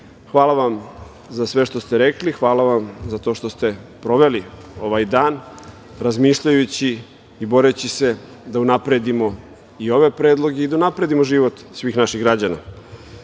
BiH.Hvala vam za sve što ste rekli. Hvala vam za to što ste proveli ovaj dan razmišljajući i boreći se da unapredimo i ove predloge i da unapredimo život svih naših građana. Mi